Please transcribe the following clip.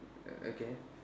okay